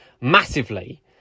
massively